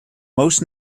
most